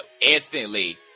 instantly